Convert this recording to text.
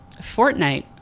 Fortnite